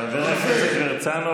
חבר הכנסת הרצנו,